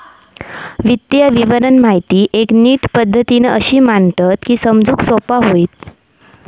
वित्तीय विवरण माहिती एक नीट पद्धतीन अशी मांडतत की समजूक सोपा होईत